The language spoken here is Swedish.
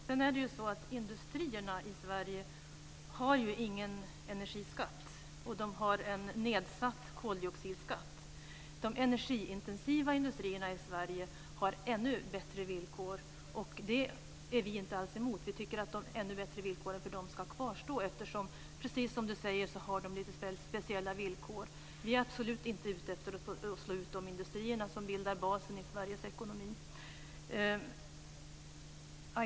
Herr talman! Industrierna i Sverige har faktiskt ingen energiskatt. Vidare har de nedsatt koldioxidskatt. De energiintensiva industrierna i Sverige har ännu bättre villkor. Det är vi alls inte emot, utan vi tycker att de ännu bättre villkoren för dem ska kvarstå. Precis som Ola Sundell säger har de lite speciella villkor. Vi är absolut inte ute efter att slå ut industrierna som bildar basen i Sveriges ekonomi.